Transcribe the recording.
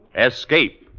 Escape